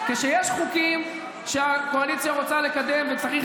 כשיש חוקים שהקואליציה רוצה לקדם וצריך